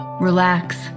Relax